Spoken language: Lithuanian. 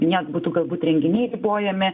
ne būtų galbūt renginiai ribojami